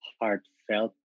heartfelt